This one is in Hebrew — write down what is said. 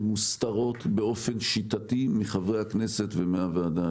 שמוסתרות באופן שיטתי מחברי הכנסת ומהוועדה.